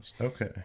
Okay